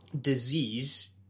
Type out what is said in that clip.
disease